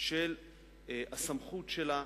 של הסמכות שלה,